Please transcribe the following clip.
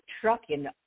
trucking